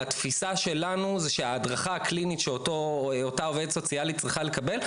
התפיסה שלנו היא שהדרכה הקלינית שאותה עובדת סוציאלית צריכה לקבל,